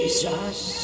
Jesus